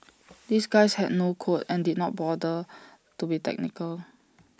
these guys had no code and didn't bother to be tactical